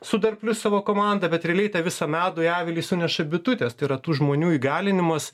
su dar plius savo komanda bet realiai tą visą medų į avilį suneša bitutės tai yra tų žmonių įgalinimas